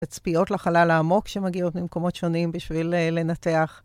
תצפיות לחלל העמוק שמגיעות ממקומות שונים בשביל לנתח.